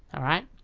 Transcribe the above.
alright